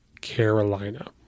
Carolina